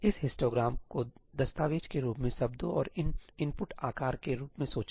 इसलिए इस हिस्टोग्राम को दस्तावेज़ के रूप में शब्दों और इनपुट आकार के रूप में सोचें